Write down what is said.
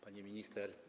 Pani Minister!